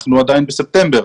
אנחנו עדיין בספטמבר.